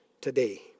today